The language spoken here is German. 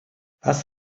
was